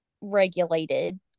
regulated